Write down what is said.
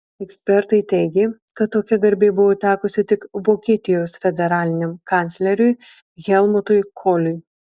ekspertai teigė kad tokia garbė buvo tekusi tik vokietijos federaliniam kancleriui helmutui koliui